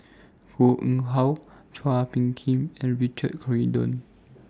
Koh Nguang How Chua Phung Kim and Richard Corridon